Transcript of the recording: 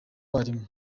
barimu